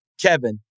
Kevin